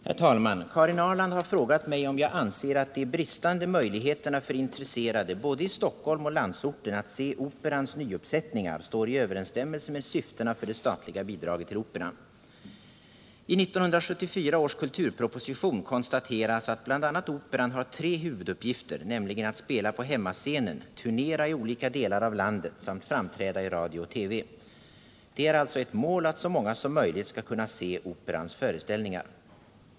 Herr talman! Karin Ahrland har frågat mig om jag anser att de bristande möjligheterna för intresserade både i Stockholm och i landsorten att se Operans nyuppsättningar står i överensstämmelse med syftena för det statliga bidraget till Operan. I 1974 års kulturproposition konstateras att bl.a. Operan har tre huvuduppgifter, nämligen att spela på hemmascenen, turnera i olika delar av landet samt framträda i radio och TV. Det är alltså ett mål att så många som möjligt skall kunna se Operans föreställningar.